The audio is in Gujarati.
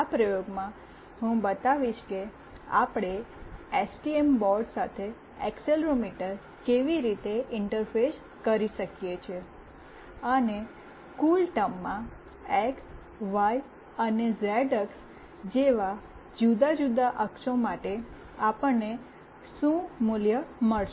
આ પ્રયોગમાં હું બતાવીશ કે આપણે એસટીએમ બોર્ડ સાથે એક્સેલરોમીટર કેવી રીતે ઇન્ટરફેસ કરી શકીએ છીએ અને કૂલટર્મમાં એક્સ વાય અને ઝેડ અક્ષ જેવા જુદા જુદા અક્ષો માટે આપણને શું મૂલ્ય મળશે